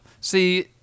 See